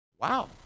Wow